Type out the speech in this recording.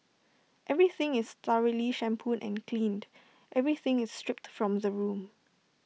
everything is thoroughly shampooed and cleaned everything is stripped from the room